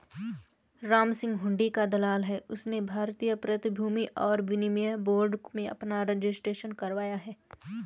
रामसिंह हुंडी का दलाल है उसने भारतीय प्रतिभूति और विनिमय बोर्ड में अपना रजिस्ट्रेशन करवाया है